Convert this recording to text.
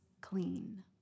clean